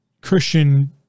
Christian